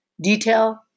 detail